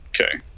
Okay